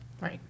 Right